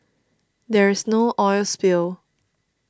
there is no oil spill